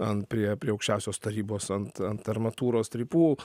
an prie prie aukščiausios tarybos ant ant armatūros strypų